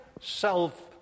self